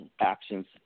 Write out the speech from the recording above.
actions